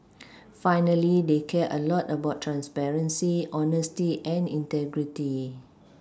finally they care a lot about transparency honesty and integrity